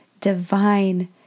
divine